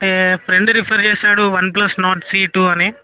అంటే friend refer చేశాడు OnePlus note C two అని